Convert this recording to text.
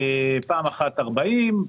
פעם אחת 40 מיליון ש"ח,